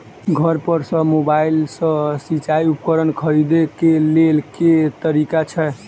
घर पर सऽ मोबाइल सऽ सिचाई उपकरण खरीदे केँ लेल केँ तरीका छैय?